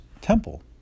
temple